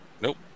Nope